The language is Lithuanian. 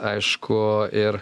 aišku ir